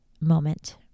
moment